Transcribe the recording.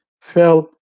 fell